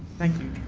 thank you.